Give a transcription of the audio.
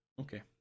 Okay